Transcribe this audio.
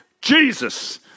Jesus